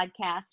podcast